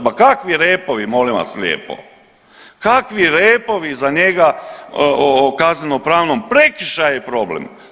Ma kakvi repovi, molim vas lijepo, kakvi repovi za njega o kaznenopravnom, prekršaj je problem.